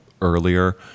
earlier